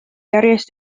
järjest